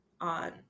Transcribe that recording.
on